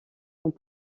ont